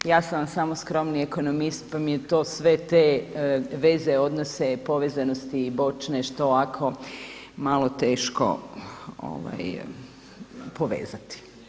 Ja sam vam samo skromni ekonomist pa mi je to sve te veze odnose povezanosti i bočne što ako malo teško povezati.